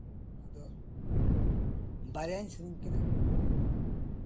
ᱟᱫᱚ ᱵᱟᱨᱭᱟᱧ ᱥᱮᱨᱮᱧ ᱠᱮᱫᱟ